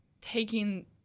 taking